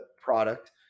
product